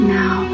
now